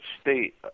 state